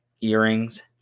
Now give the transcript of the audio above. Earrings